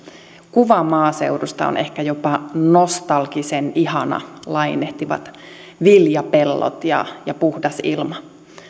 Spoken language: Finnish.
kuva maaseudusta on ehkä jopa nostalgisen ihana lainehtivat viljapellot ja ja puhdas ilma